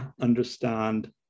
understand